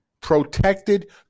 protected